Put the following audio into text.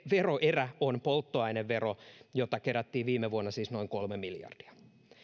veroerä on polttoainevero jota kerättiin viime vuonna siis noin kolme miljardia